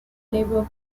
labour